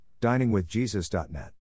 diningwithjesus.net